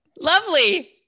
lovely